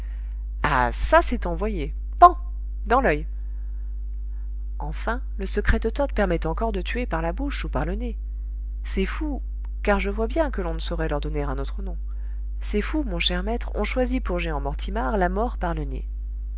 ah ça c'est envoyé pan dans l'oeil enfin le secret de toth permet encore de tuer par la bouche ou par le nez ces fous car je vois bien que l'on ne saurait leur donner un autre nom ces fous mon cher maître ont choisi pour jehan mortimar la mort par le nez